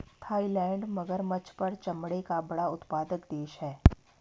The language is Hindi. थाईलैंड मगरमच्छ पर चमड़े का बड़ा उत्पादक देश है